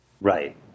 Right